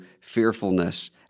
fearfulness